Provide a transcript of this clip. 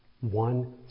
One